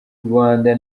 rwanda